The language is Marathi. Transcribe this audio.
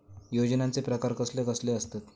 योजनांचे प्रकार कसले कसले असतत?